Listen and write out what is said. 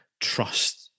trust